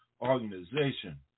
organization